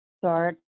start